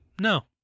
no